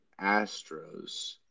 Astros